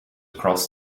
cross